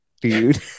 dude